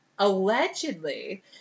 allegedly